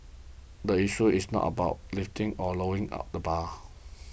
the issue is not about lifting or lowering at the bar